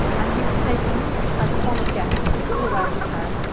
and he was taken as an honoured guest all around japan.